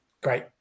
great